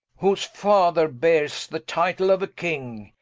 whose father beares the title of a king,